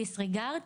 דיסריגרד.